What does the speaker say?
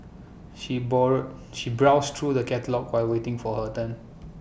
she bore she browsed through the catalogues while waiting for her turn